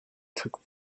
took